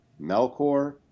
Melkor